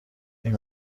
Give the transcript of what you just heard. این